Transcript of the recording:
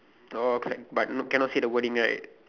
oh okay but no cannot see the wording right